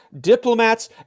diplomats